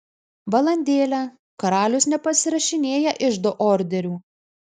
valandėlę karalius nepasirašinėja iždo orderių